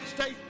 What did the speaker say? Stay